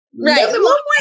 Right